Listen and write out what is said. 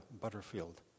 Butterfield